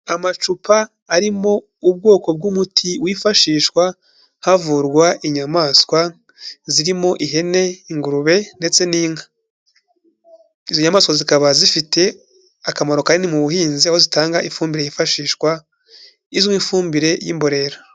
Amacupa arimo ubwoko bw'umuti wifashishwa havurwa inyamaswa zirimo ihene, ingurube ndetse n'inka. Izi nyamaswa zikaba zifite akamaro kanini mu buhinzi aho zitanga ifumbire hifashishwa izwi nk'ifumbire y'imborera.